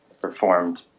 performed